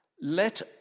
Let